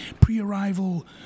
pre-arrival